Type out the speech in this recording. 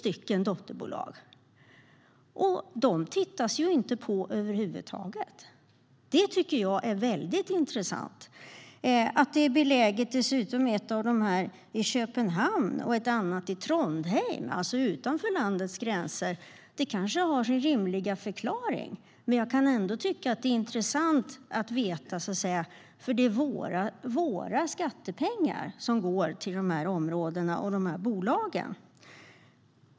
Dem tittas det inte på över huvud taget. Det tycker jag är väldigt intressant. Att dessutom ett av dem är beläget i Köpenhamn och ett annat i Trondheim, alltså utanför landets gränser, kanske har sin rimliga förklaring. Men jag kan ändå tycka att det är intressant att veta, för det är våra skattepengar som går till de här områdena och bolagen.